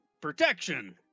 protection